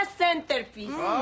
centerpiece